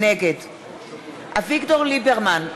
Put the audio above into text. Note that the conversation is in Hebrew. נגד אביגדור ליברמן,